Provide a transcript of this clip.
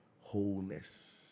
Wholeness